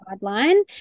guideline